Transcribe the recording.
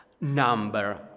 number